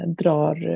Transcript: drar